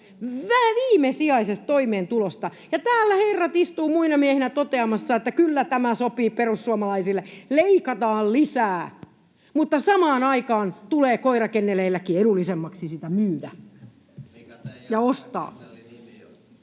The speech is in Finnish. viimesijaisesta toimeentulosta, niin täällä herrat istuvat muina miehinä toteamassa, että kyllä tämä sopii perussuomalaisille, leikataan lisää, mutta samaan aikaan tulee koirakenneleilläkin edullisemmaksi sitä myydä ja ostaa.